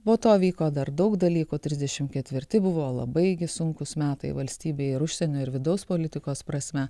po to vyko dar daug dalykų trisdešimt ketvirti buvo labai gi sunkūs metai valstybei ir užsienio ir vidaus politikos prasme